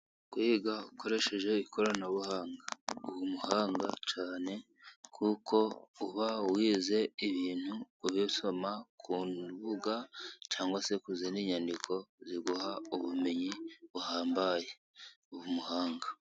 Kwiga ukoresheje ikoranabuhanga, uba umuhanga cyane kuko uba wize ibintu ubisoma ku mbuga cyangwa se ku zindi nyandiko ziguha ubumenyi buhambaye uba umuhanga.